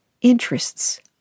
interests